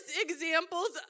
examples